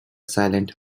silent